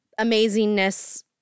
amazingness